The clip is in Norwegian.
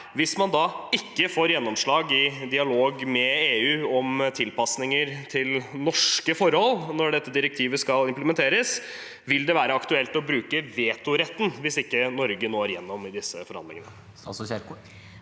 Hvis man ikke får gjennomslag i dialog med EU om tilpasninger til norske forhold når dette direktivet skal implementeres, vil det være aktuelt å bruke vetoretten – altså hvis ikke Norge når gjennom i disse forhandlingene?